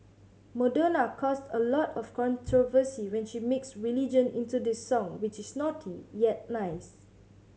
Madonna caused a lot of controversy when she mixed religion into this song which is naughty yet nice